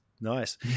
Nice